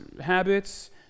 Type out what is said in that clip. habits